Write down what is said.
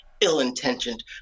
ill-intentioned